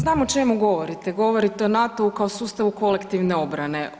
Znam o čemu govorite, govorite o NATO-u kao sustavu kolektivne obrane.